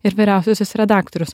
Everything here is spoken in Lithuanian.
ir vyriausiasis redaktorius